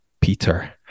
Peter